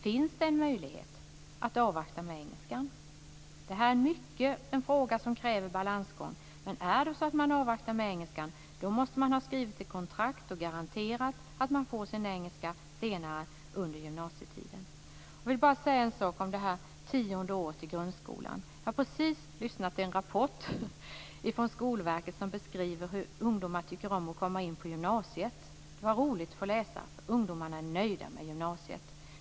Finns det en möjlighet att avvakta med engelskan? Det här är en fråga som kräver en balansgång. Men om man avvaktar med engelskan måste man skriva ett kontrakt och garantera att eleven får sin engelska senare under gymnasietiden. Jag vill bara säga en sak om det tionde året i grundskolan. Jag har precis lyssnat till en rapport från Skolverket som beskriver vad ungdomar tycker om att komma in på gymnasiet. Det var roligt att få höra att ungdomarna är nöjda med gymnasiet.